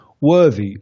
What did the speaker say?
worthy